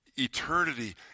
eternity